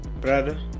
brother